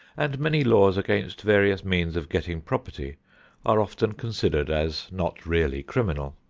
and many laws against various means of getting property are often considered as not really criminal.